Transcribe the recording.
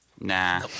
Nah